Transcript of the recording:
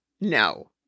No